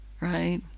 Right